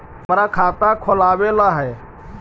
हमरा खाता खोलाबे ला है?